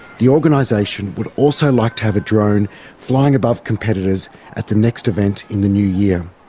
the organisation would also like to have a drone flying above competitors at the next event, in the new year.